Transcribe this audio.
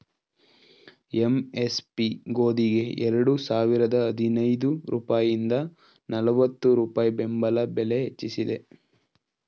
MSP ಗೋದಿಗೆ ಎರಡು ಸಾವಿರದ ಹದಿನೈದು ರೂಪಾಯಿಂದ ನಲ್ವತ್ತು ರೂಪಾಯಿ ಬೆಂಬಲ ಬೆಲೆ ಹೆಚ್ಚಿಸಿದೆ